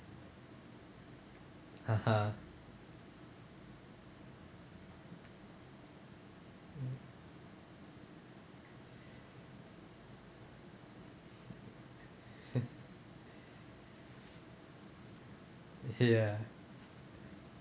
(uh huh) ya